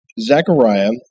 Zechariah